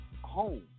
home